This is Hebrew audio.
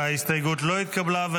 ההסתייגות לא התקבלה.